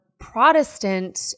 Protestant